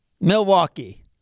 Milwaukee